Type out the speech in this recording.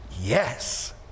yes